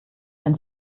wenn